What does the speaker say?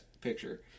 picture